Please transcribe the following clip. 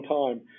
time